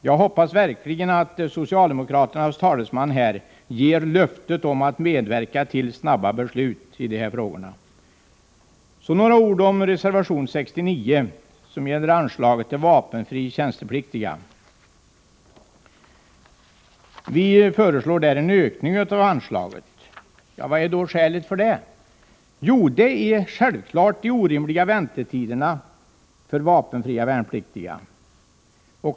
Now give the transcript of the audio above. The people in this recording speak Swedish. Jag hoppas verkligen att socialdemokraternas talesman här ger ett löfte om att medverka till att beslut fattas snabbt i dessa frågor. Så några ord om reservation 69, som gäller anslaget till vapenfria tjänstepliktiga. Folkpartiet och centerpartiet föreslår där en ökning av anslaget, och vad är skälet till det? Jo, det är självfallet de orimliga väntetiderna för vapenfria värnpliktiga.